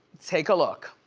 take a look.